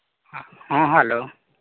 ᱦᱮᱸ ᱦᱮᱞᱳ